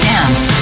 Dance